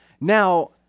Now